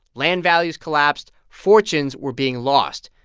land values collapsed. fortunes were being lost.